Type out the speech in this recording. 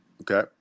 Okay